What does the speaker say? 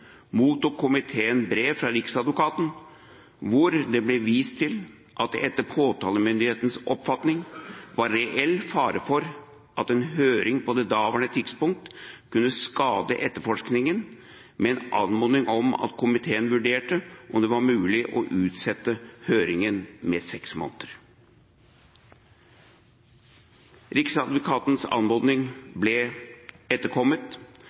mottok komiteen et brev fra Riksadvokaten hvor det ble vist til at det etter påtalemyndighetens oppfatning var reell fare for at en høring på det daværende tidspunkt kunne skade etterforskningen, og med en anmodning om at komiteen vurderte om det var mulig å utsette høringen i seks måneder. Riksadvokatens anmodning ble etterkommet